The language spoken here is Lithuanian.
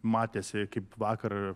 matėsi kaip vakar